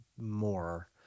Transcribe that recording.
more